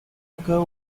occur